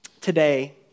today